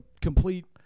complete